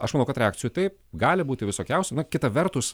aš manau kad reakcijų taip gali būti visokiausių na kita vertus